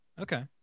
Okay